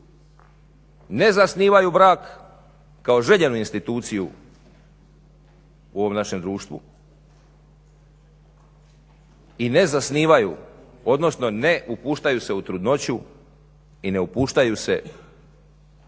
ne zasnivaju brak kao željenu instituciju u ovom našem društvu i ne zasnivaju odnosno ne upuštaju se u trudnoću i ne upuštaju se u to